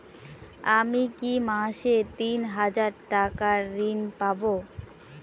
আমি কি মাসে তিন হাজার টাকার ঋণ পাবো?